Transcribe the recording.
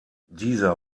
dieser